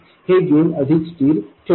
हे गेन अधिक स्थिर ठेवते